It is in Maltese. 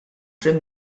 prim